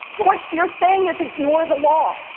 what what you're saying is ignore the law.